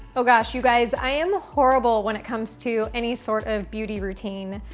oh gosh, you guys, i am horrible when it comes to any sort of beauty routine.